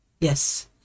Yes